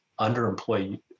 underemployed